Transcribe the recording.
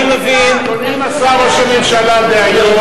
את הנתונים מסר ראש הממשלה דהיום,